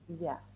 Yes